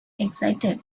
excited